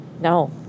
No